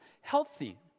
healthy